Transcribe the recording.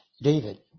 David